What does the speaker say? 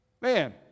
Man